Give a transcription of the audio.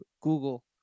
Google